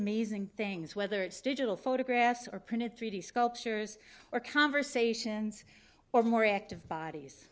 amazing things whether it's digital photographs or printed three d sculptures or conversations or more active bodies